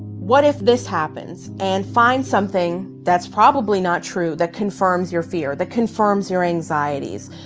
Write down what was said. what if this happens, and find something that's probably not true that confirms your fear, that confirms your anxieties.